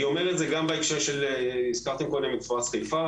אני אומר את זה גם בהקשר של מפרץ חיפה